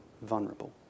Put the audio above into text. vulnerable